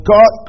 God